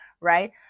right